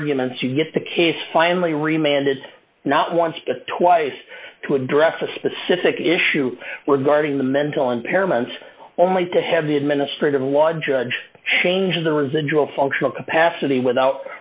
arguments you get the case finally reminded not once but twice to address a specific issue were guarding the mental impairment only to have the administrative law judge change the residual functional capacity without